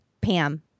Pam